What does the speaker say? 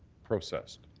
processed.